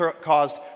caused